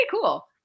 cool